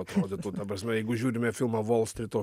atrodytų ta prasme jeigu žiūrime filmą volstryto